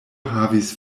havis